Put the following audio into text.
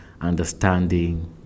understanding